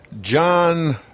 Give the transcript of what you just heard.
John